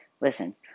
Listen